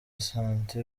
santé